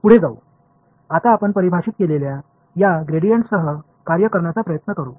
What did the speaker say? पुढे जाऊ आता आपण परिभाषित केलेल्या या ग्रेडियंटसह कार्य करण्याचा प्रयत्न करू